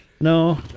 No